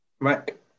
Right